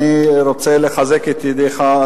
אני רוצה לחזק את ידיך,